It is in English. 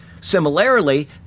Similarly